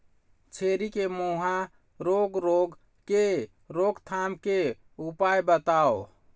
छेरी के मुहा रोग रोग के रोकथाम के उपाय बताव?